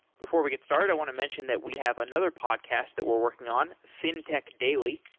before we get started, i want to mention that we have another podcast that we're working on, fintech daily.